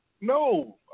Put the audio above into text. No